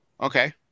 Okay